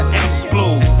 explode